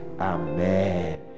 amen